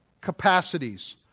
capacities